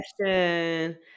question